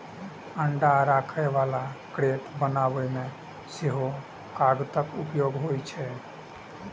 अंडा राखै बला क्रेट बनबै मे सेहो कागतक उपयोग होइ छै